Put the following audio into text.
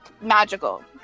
magical